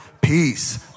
peace